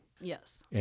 Yes